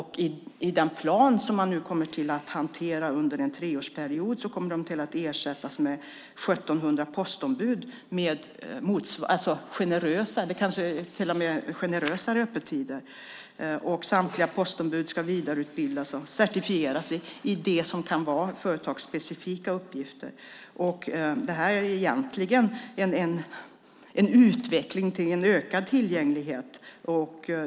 I den plan som man nu ska hantera under en treårsperiod kommer de att ersättas med 1 700 postombud med generösa, kanske till och med generösare, öppettider. Samtliga postombud ska vidareutbildas och certifieras i det som kan vara företagsspecifika uppgifter. Det här är egentligen en utveckling till ökad tillgänglighet.